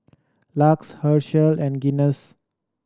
LUX Herschel and Guinness